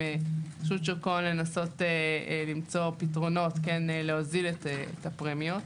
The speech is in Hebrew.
רשות שוק ההון לנסות למצוא פתרונות כן להוזיל את הפרמיות.